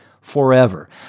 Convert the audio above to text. forever